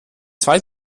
zwei